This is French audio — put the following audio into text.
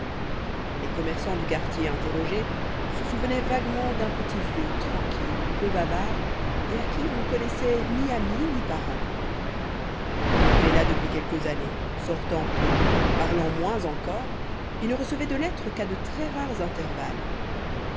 les commerçants du quartier interrogés se souvenaient vaguement d'un petit vieux tranquille peu bavard et à qui on ne connaissait ni amis ni parente il vivait là depuis plusieurs années sortant peu parlant moins encore et ne recevait de lettres qu'à de très rares intervalles